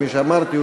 כפי שאמרתי,